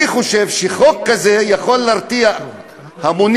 אני חושב שחוק כזה יכול להרתיע המונים,